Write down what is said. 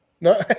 No